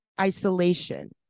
isolation